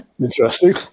Interesting